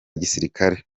gisirikare